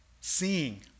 seeing